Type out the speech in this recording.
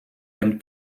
aime